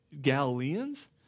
Galileans